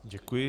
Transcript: Děkuji.